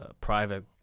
private